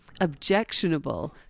objectionable